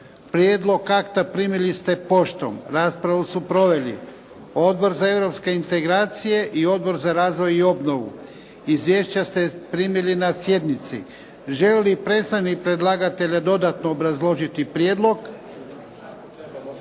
Prijedlog akta primili ste poštom. Raspravu su proveli Odbor za Europske integracije i Odbor za razvoj i obnovu. Izvješća ste primili na sjednici. Želi li predstavnik predlagatelja dodatno obrazložiti prijedlog?